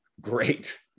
Great